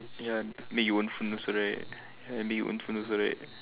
ya make own your phone also right ya make your own phone also right